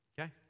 Okay